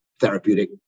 therapeutic